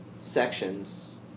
sections